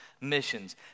missions